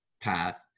path